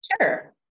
Sure